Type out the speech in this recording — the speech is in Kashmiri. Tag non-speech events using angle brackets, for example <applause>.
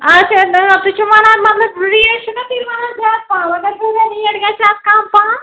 اچھا نہ تُہۍ چھِو وَنان مطلب ریٹ چھُو نا تُہۍ وَنان زیادٕ پَہَم اگر <unintelligible> ریٹ گژھِ اَتھ کَم پَہَم